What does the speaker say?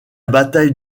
bataille